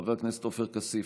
חבר הכנסת עופר כסיף,